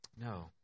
No